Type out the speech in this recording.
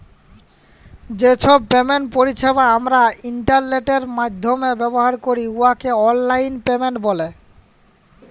যে ছব পেমেন্ট পরিছেবা আমরা ইলটারলেটের মাইধ্যমে ব্যাভার ক্যরি উয়াকে অললাইল পেমেল্ট ব্যলে